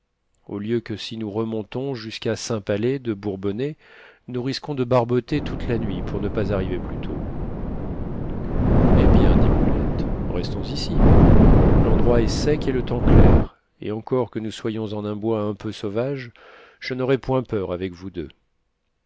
au lieu que si nous remontons jusqu'à saint pallais de bourbonnais nous risquons de barboter toute la nuit pour ne pas arriver plus tôt eh bien dit brulette restons ici l'endroit est sec et le temps clair et encore que nous soyons en un bois un peu sauvage je n'aurai point peur avec vous deux